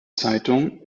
zeitung